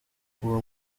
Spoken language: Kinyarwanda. uwo